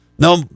No